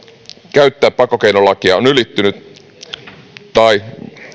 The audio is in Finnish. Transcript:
käyttää pakkokeinolakia tai